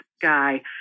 guy